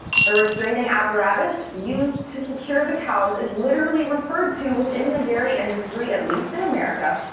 the restraining apparatus used to secure the cows is literally referred to within the dairy industry, at least in america,